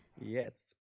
Yes